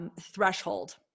threshold